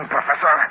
Professor